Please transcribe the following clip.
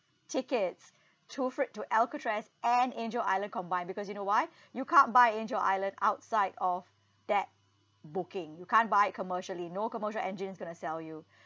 tickets to fri~ to alcatraz and angel island combined because you know why you can't buy angel island outside of that booking you can't buy it commercially no commercial agents is going to sell you